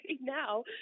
now